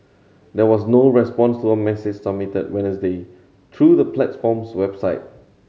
there was no response to a message submitted Wednesday through the platform's website